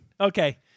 Okay